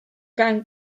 gael